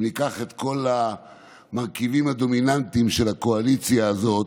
אם ניקח את כל המרכיבים הדומיננטיים של הקואליציה הזאת,